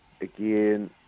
again